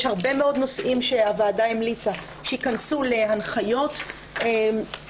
יש הרבה מאוד נושאים שהוועדה המליצה שייכנסו להנחיות ולנהלים.